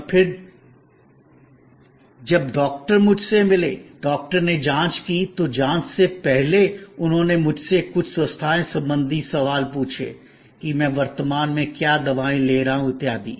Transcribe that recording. और फिर जब डॉक्टर मुझसे मिले डॉक्टर ने जांच की तो जांच से पहले उन्होंने मुझसे कुछ स्वास्थ्य संबंधी सवाल पूछे कि मैं वर्तमान में क्या दवाएँ ले रहा हूँ इत्यादि